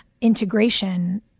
integration